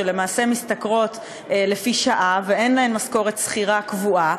שלמעשה משתכרות לפי שעה ואין להן משכורת של עובדת שכירה קבועה.